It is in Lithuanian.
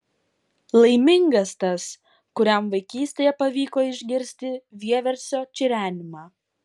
laimingas tas kuriam vaikystėje pavyko išgirsti vieversio čirenimą